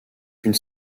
une